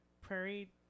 Prairie